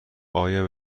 آیا